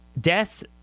deaths